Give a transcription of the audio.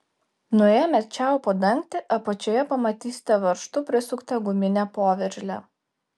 nuėmę čiaupo dangtį apačioje pamatysite varžtu prisuktą guminę poveržlę